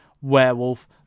Werewolf